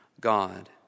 God